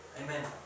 Amen